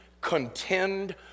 contend